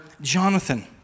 Jonathan